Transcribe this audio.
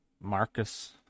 Marcus